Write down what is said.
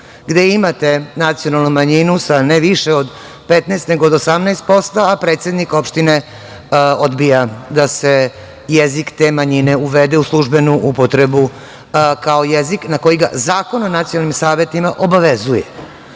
gde imate nacionalnu manjinu sa ne više od 15%, nego od 18%, a predsednik opštine odbija da se jezik te manjine uvede u službenu upotrebu kao jezik na koga ga Zakon o nacionalnim savetima obavezuje.No,